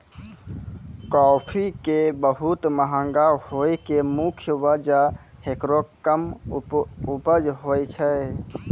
काफी के बहुत महंगा होय के मुख्य वजह हेकरो कम उपज होय छै